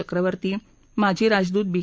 चक्रवर्ती माजी राजदूत बी